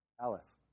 Alice